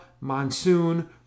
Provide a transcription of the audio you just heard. Monsoon